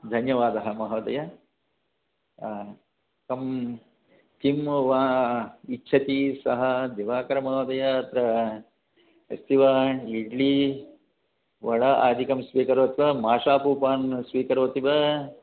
धन्यवादः महोदय आ कं किं वा इच्छति सः दिवाकरमहोदय अत्र अस्ति वा इड्ली वडा आदिकं स्वीकरोति वा माषापूपान् स्वीकरोति वा